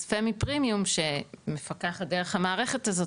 אז פמי פרימיום שמפקחת דרך המערכת הזאת,